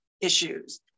issues